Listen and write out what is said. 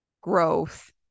growth